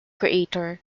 creator